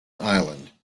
island